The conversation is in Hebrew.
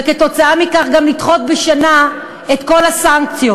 וכתוצאה מכך גם לדחות בשנה את כל הסנקציות.